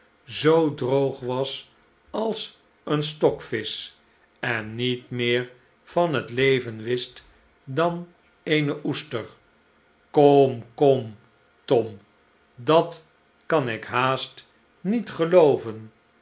zoo droog was als een stokvisch en niet j meer van het leven wist dan eene oester kom koni tom dat kan ik haast niet gelooven